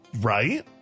Right